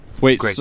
Wait